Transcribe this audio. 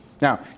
Now